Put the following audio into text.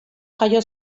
jaio